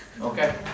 Okay